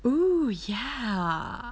oh ya